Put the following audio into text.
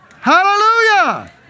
Hallelujah